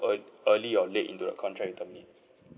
earl~ early or late into the contract you terminate